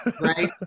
right